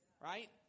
Right